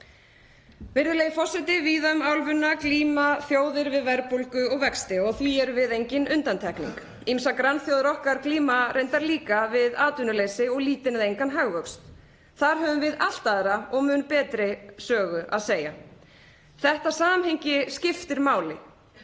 Virðulegi forseti. Víða um álfuna glíma þjóðir við verðbólgu og vexti og því erum við engin undantekning. Ýmsar grannþjóðir okkar glíma reyndar líka við atvinnuleysi og lítinn eða engan hagvöxt. Þar höfum við allt aðra og mun betri sögu að segja. Þetta samhengi skiptir máli.